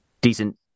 Decent